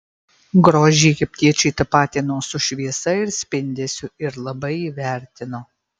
grožį egiptiečiai tapatino su šviesa ir spindesiu ir labai jį vertino